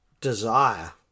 desire